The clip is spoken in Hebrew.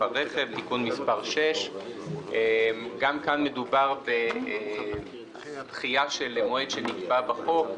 הרכב (תיקון מס' 6). גם כאן מדובר בדחייה של מועד שנקבע בחוק.